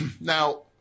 Now